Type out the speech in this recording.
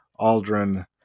Aldrin